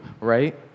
right